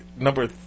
number